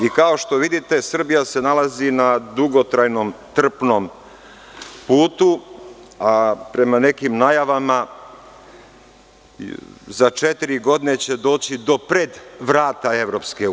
I, kao što vidite, Srbija se nalazi na dugotrajnom trpnom putu, a prema nekim najavama, za četiri godine će doći do pred vrata EU.